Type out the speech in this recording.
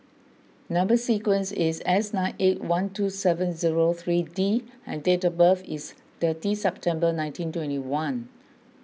Number Sequence is S nine eight one two seven zero three D and date of birth is thirty September nineteen twenty one